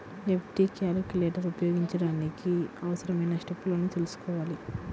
FD calculator ఉపయోగించడానికి అవసరమైన స్టెప్పులను తెల్సుకోవాలి